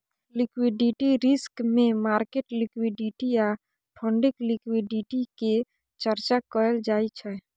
liquidity risk मे market liquidity आ funding liquidity के चर्चा कएल जाइ छै